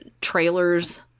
trailers